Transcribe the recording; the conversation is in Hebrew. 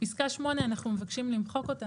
פסקה 8 אנחנו מבקשים למחוק אותה,